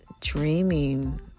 dreaming